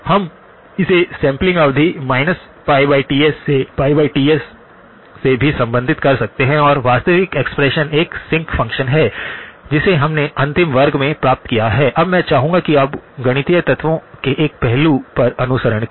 हम इसे सैंपलिंग अवधि πTs से πTs से भी संबंधित कर सकते हैं और वास्तविक एक्सप्रेशन एक सिंक फंक्शन है जिसे हमने अंतिम वर्ग में प्राप्त किया है अब मैं चाहूंगा कि आप गणितीय तत्वों के एक पहलू पर अनुसरण करें